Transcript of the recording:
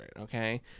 okay